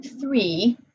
three